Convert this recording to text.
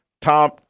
Tom